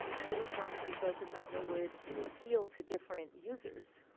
so, which ones do we focus on they would appeal to different users.